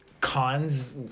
Cons